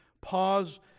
pause